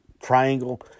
triangle